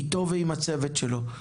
איתו ועם הצוות שלו.